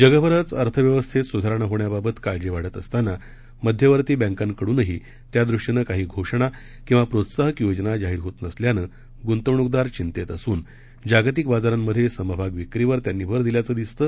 जगभरच अर्थव्यवस्थेत सुधारणा होण्याबाबत काळजी वाढत असताना मध्यवर्ती बँकांकडूनही त्यादृष्टीनं काही घोषणा किंवा प्रोत्साहक योजना जाहीर होत नसल्यानं गुंतवणूकदार चिंतेत असून जागतिक बाजारांमधे समभाग विक्रीवर त्यांनी भर दिल्याचं दिसतं